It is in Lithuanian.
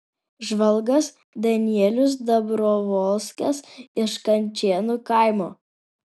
žvalgas danielius dabrovolskas iš kančėnų kaimo